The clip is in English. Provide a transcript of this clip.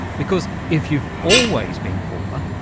because if you've always been poor,